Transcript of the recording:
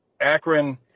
Akron